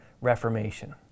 reformation